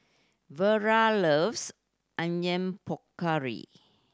Vara loves Onion Pakora